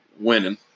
winning